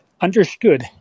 understood